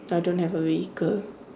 I don't have a vehicle